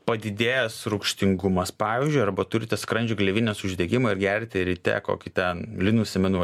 padidėjęs rūgštingumas pavyzdžiui arba turite skrandžio gleivinės uždegimą ir gerti ryte kokį ten linų sėmenų